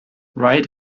right